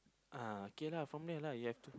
uh K lah from there lah you have to